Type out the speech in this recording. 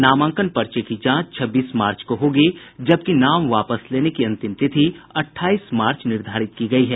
नामांकन पर्चे की जांच छब्बीस मार्च को होगी जबकि नाम वापस लेने की अंतिम तिथि अठाईस मार्च निर्धारित की गई है